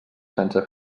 sense